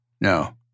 No